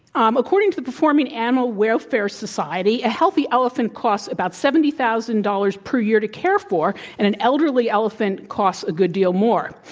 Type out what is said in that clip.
um according to performing animal welfare society, a healthy elephant costs about seventy thousand dollars per year to care for, and an elderly elephant costs a good deal more.